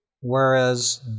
whereas